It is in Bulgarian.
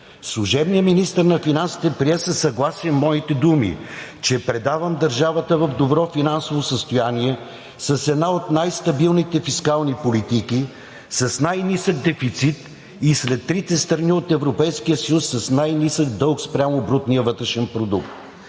Служебният министър на финансите прие със съгласие моите думи, че предавам държавата в добро финансово състояние, с една от най-стабилните фискални политики, с най-нисък дефицит и след трите страни от Европейския съюз с най-нисък дълг спрямо брутния вътрешен продукт.